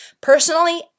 personally